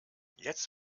jetzt